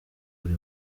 buri